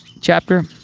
chapter